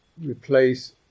replace